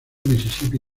mississippi